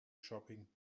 shopping